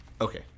Okay